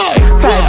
Five